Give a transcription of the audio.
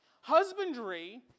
Husbandry